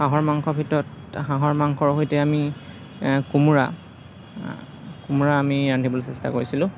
হাঁহৰ মাংসৰ ভিতৰত হাঁহৰ মাংসৰ সৈতে আমি কোমোৰা কোমোৰা আমি ৰান্ধিবলৈ চেষ্টা কৰিছিলোঁ